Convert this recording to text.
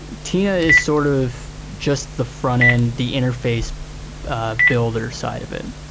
and tina is sort of just the frontend, the interface ah builder side of it,